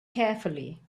carefully